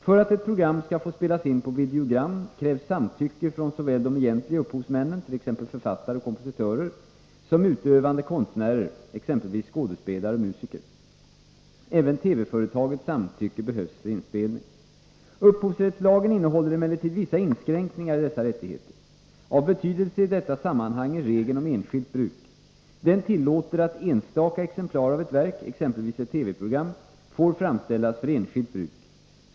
För att ett program skall få spelas in på videogram krävs samtycke från såväl de egentliga upphovsmännen, t.ex. författare och kompositörer, som utövande konstnärer, exempelvis skådespelare och musiker. Även TV företagets samtycke behövs för inspelning. Upphovsrättslagen innehåller emellertid vissa inskränkningar i dessa rättigheter. Av betydelse i detta sammanhang är regeln om enskilt bruk. Den tillåter att enstaka exemplar av ett verk, exempelvis ett TV-program, får framställas för enskilt bruk.